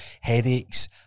Headaches